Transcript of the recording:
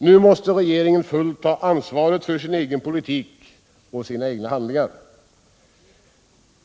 Nu måste regeringen fullt ut ta ansvaret för sin egen politik och sina egna handlingar.